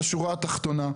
בשורה התחתונה,